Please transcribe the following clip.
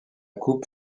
coupe